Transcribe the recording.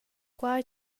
quai